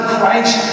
Christ